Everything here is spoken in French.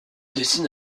décide